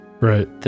Right